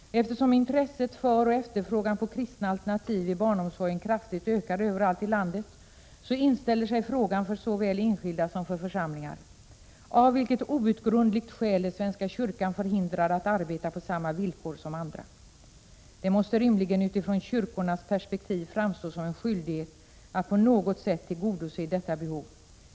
Eftersom intresset för och efterfrågan på kristna alternativ i barnomsorgen kraftigt ökar överallt i landet inställer sig frågan såväl för enskilda som för församlingar: Av vilket outgrundligt skäl är svenska kyrkan förhindrad att arbeta på samma villkor som andra? Det måste rimligen utifrån kyrkornas perspektiv framstå som en skyldighet att på något sätt tillgodose detta behov.